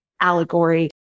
allegory